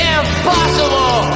impossible